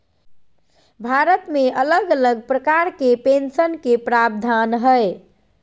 भारत मे अलग अलग प्रकार के पेंशन के प्रावधान हय